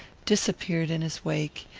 disappeared in his wake,